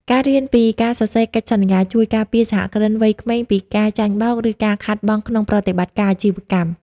ការរៀនពី "ការសរសេរកិច្ចសន្យា" ជួយការពារសហគ្រិនវ័យក្មេងពីការចាញ់បោក ឬការខាតបង់ក្នុងប្រតិបត្តិការអាជីវកម្ម។